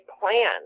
plan